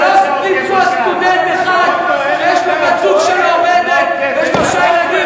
ולא למצוא סטודנט אחד שיש לו בת-זוג שלא עובדת ושלושה ילדים,